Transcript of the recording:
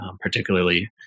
particularly